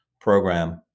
program